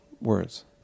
words